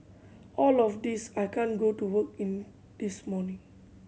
all of this I can't go to work in this morning